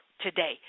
today